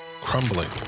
Crumbling